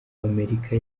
w’amerika